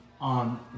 on